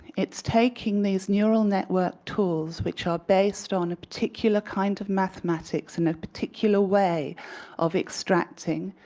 it's taking these nurral network tools which are based on a particular kind of mathematics and a particular way of extracting,